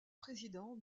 président